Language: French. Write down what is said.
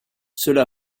cela